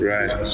Right